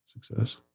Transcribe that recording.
success